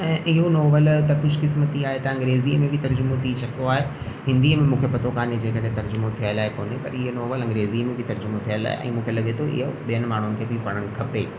ऐं इहो नॉवेल त ख़ुशि क़िस्मती आहे त अंग्रेज़ीअ में बि तर्जुमो थी चुको आहे हिंदीअ में मूंखे पतो काने जे कॾहिं तर्जुमो थियल आहे कोने त इहा नॉवेल अंग्रेज़ी में बि तर्ज़ुमो थियल आहे ऐं मूंखे लॻे थो इहा ॿियनि माण्हुनि खे बि पढ़णु खपे